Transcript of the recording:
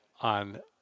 on